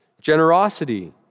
generosity